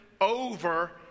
over